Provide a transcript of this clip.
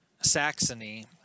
saxony